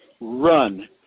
run